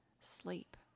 sleep